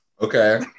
Okay